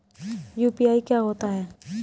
UPI क्या होता है?